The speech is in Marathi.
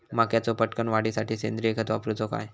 मक्याचो पटकन वाढीसाठी सेंद्रिय खत वापरूचो काय?